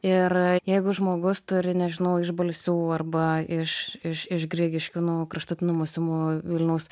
ir jeigu žmogus turi nežinau iš balsių arba iš iš iš grigiškių nu kraštutinumus imu vilniaus